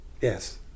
yes